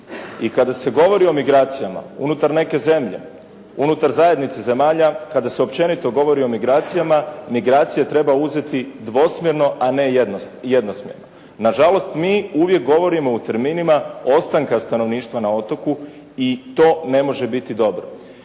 I kada se govori o migracijama unutar neke zemlje, unutar zajednice zemalja, kad se općenito govori o migracijama, migracije treba uzeti dvosmjerno a ne jednosmjerno. Nažalost, mi uvijek govorimo o terminima ostanka stanovništva na otoku i to ne može biti dobro.